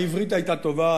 העברית היתה טובה,